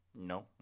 No